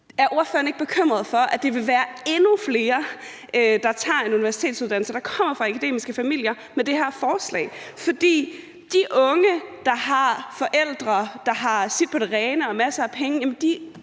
er ordføreren ikke bekymret for, at det med det her forslag vil være endnu flere, der tager en universitetsuddannelse, som kommer fra akademiske familier? For de unge, der har forældre, der har deres på det tørre og masser af penge,